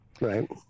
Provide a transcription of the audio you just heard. Right